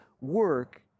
work